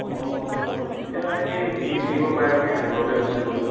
অ তেতিয়া এই ভিৰ থাকিব পাৰে চাগৈ ভুলতে গুচি গ'ল